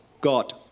God